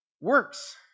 works